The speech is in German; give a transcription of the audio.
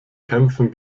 kämpfen